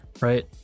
right